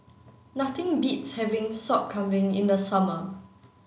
nothing beats having Sop Kambing in the summer